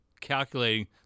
calculating